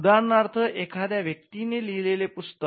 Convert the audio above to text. उदाहरणार्थ एखाद्या व्यक्तीने लिहिलेले पुस्तक